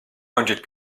hundred